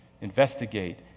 Investigate